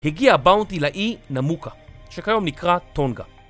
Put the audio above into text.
הגיע באונטי לאי נמוקה, שכיום נקרא תונגה